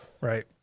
Right